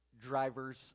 driver's